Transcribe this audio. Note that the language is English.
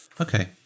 Okay